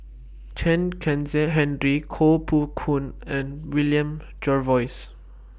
Chen Kezhan Henri Koh Poh Koon and William Jervois